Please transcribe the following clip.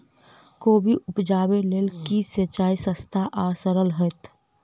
कोबी उपजाबे लेल केँ सिंचाई सस्ता आ सरल हेतइ?